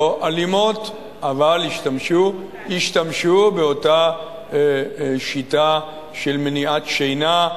לא אלימות, אבל השתמשו באותה שיטה של מניעת שינה.